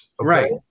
right